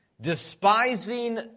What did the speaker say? despising